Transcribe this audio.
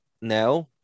now